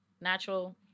natural